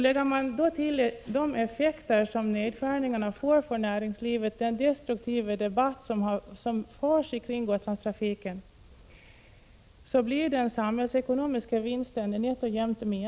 Lägger man därtill de effekter som nedskärningarna får för näringslivet genom den destruktiva debatt kring Gotlandstrafiken som förs, blir den samhällsekonomiska vinsten nätt och jämnt mätbar. Prot.